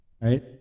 Right